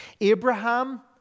Abraham